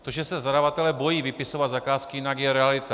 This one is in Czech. To, že se zadavatelé bojí vypisovat zakázky, je realita.